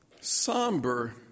somber